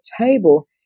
table